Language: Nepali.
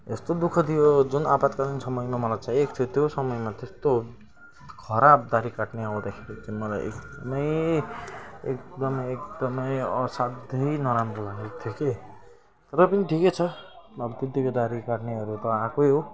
यस्तो दुःख दियो जुन आपत्कालिन समयमा मलाई चाहिएको थियो त्यो समयमा त्यस्तो खराब दाह्री काट्ने आउँदाखेरि चाहिँ मलाई एकदमै एकदमै एकदमै असाध्यै नराम्रो लागेको थियो के तर पनि ठिकै छ अब त्यतिको दाह्री काट्नेहरू त आकै हो